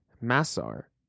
Massar